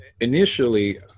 initially